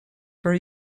for